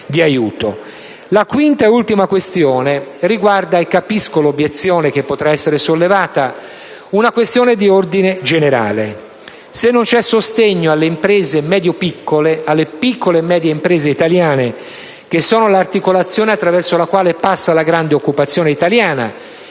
La quinta e ultima questione ‑ e capisco l'obiezione che potrebbe essere sollevata ‑ riguarda un tema di ordine generale. Capisco che se non c'è sostegno alle piccole e medie imprese italiane, che sono l'articolazione attraverso la quale passa la grande occupazione italiana,